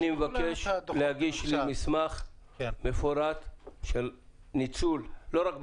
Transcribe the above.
אני מבקש להגיש לי מסמך מפורט גם של בקשות